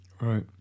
right